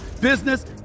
business